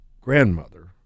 grandmother